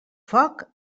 foc